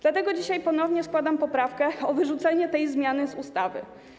Dlatego dzisiaj ponownie składam poprawkę o wyrzucenie tej zmiany z ustawy.